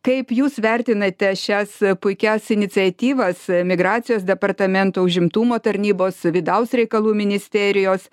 kaip jūs vertinate šias puikias iniciatyvas migracijos departamento užimtumo tarnybos vidaus reikalų ministerijos